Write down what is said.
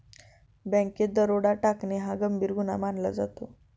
बँकेत दरोडा टाकणे हा गंभीर गुन्हा मानला जातो